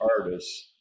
artists